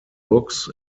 books